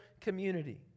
community